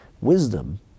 Wisdom